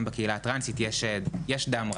גם בקהילה הטרנסית יש דם רע.